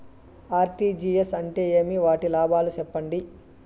RTGS అంటే ఏమి? వాటి లాభాలు సెప్పండి?